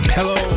Hello